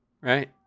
right